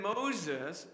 Moses